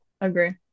Agree